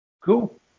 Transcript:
Cool